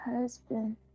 husband